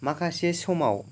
माखासे समाव